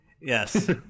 Yes